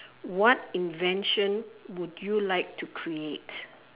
what invention would you like to create